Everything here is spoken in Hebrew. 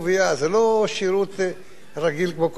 זה לא שירות רגיל כמו כל השירותים.